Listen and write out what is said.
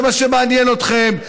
זה מה שמעניין אתכם.